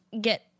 get